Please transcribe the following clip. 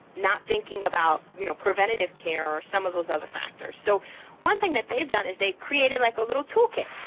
not thinking about you know, preventative care or some of those other factors, so one thing that they've done is they've created like a little tool kit.